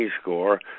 score